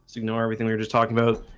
ignore everything we're just talking about